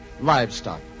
livestock